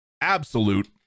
Absolute